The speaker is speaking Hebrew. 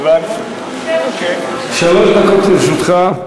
שלוש דקות לרשותך.